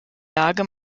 lage